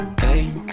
Hey